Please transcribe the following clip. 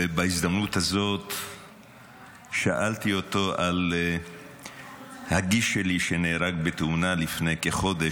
ובהזדמנות הזאת שאלתי אותו על הגיס שלי שנהרג בתאונה לפני כחודש,